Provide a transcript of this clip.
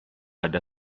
ada